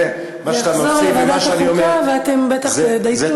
זה יחזור לוועדת החוקה, ואתם בטח תדייקו.